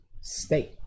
state